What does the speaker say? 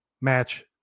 match